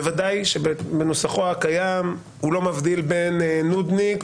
בוודאי שבנוסחו הקיים הוא לא מבדיל בין נודניק,